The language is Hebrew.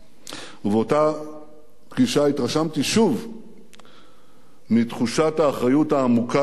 ובאותה פגישה התרשמתי שוב מתחושת האחריות העמוקה שחש